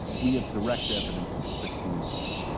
we have direct evidence of six meetings.